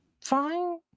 fine